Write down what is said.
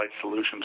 solutions